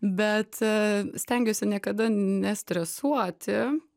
bet a stengiuosi niekada nestresuoti